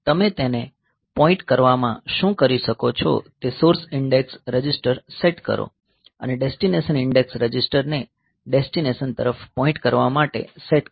તમે તેને પોઈન્ટ કરવા મા શું કરી શકો છો તે સોર્સ ઇન્ડેક્સ રજિસ્ટર સેટ કરો અને ડેસ્ટિનેશન ઇન્ડેક્સ રજિસ્ટરને ડેસ્ટિનેશન તરફ પોઈન્ટ કરવા માટે સેટ કરો